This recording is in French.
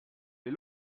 les